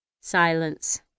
Silence